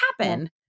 happen